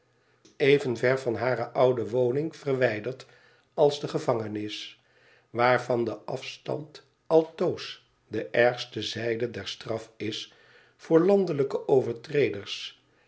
even ver van hare oude woning verwijderd als de gevangenis waarvan de afstand altoos de ergste zijde der straf is voor landelijke overtreders